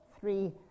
three